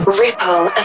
ripple